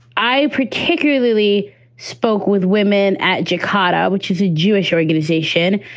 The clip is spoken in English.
i particularly spoke with women at djakarta, which is a jewish organization.